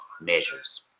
measures